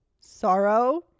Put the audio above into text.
sorrow